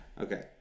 Okay